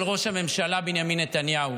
של ראש הממשלה בנימין נתניהו.